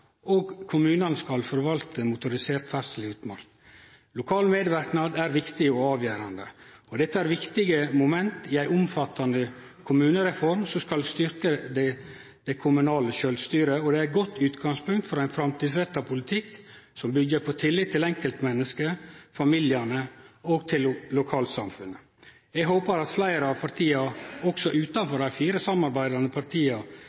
«Gi kommunene forvaltningsansvaret innenfor lokale verneområder. La kommunene forvalte motorisert ferdsel i utmark.» Lokal medverknad er viktig og avgjerande. Dette er viktige moment i ei omfattande kommunereform som skal styrkje det kommunale sjølvstyret, og det er eit godt utgangspunkt for ein framtidsretta politikk som byggjer på tillit til enkeltmenneska, familiane og lokalsamfunna. Eg håpar at fleire parti, også utanfor dei fire samarbeidande partia,